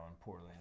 poorly